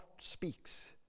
speaks